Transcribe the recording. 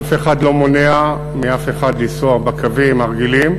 אף אחד לא מונע מאף אחד לנסוע בקווים הרגילים.